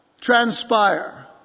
transpire